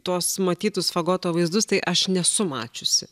tuos matytus fagoto vaizdus tai aš nesu mačiusi